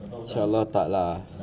inshallah tak lah